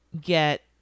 get